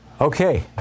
okay